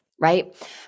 right